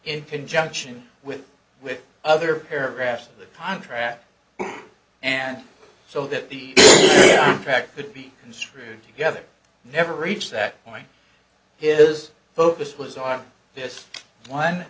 it conjunction with with other paragraphs of the contract and so that the track could be construed together never reached that point is the focus was on this one